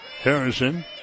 Harrison